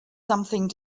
something